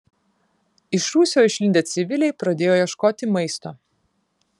iš rūsių išlindę civiliai pradėjo ieškoti maisto